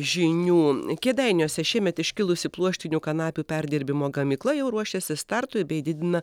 žinių kėdainiuose šiemet iškilusi pluoštinių kanapių perdirbimo gamykla jau ruošiasi startui bei didina